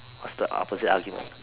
what's the opposite argument